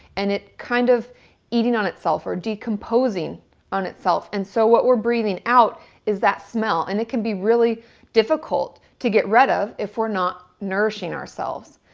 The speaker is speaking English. and it kind of eating on itself or decomposing on itself. and so what we're breathing out is that smell. and it can be really difficult to get rid of if we're not nourishing ourselves.